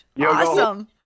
Awesome